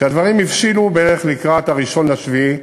כשהדברים הבשילו, בערך לקראת 1 ביולי,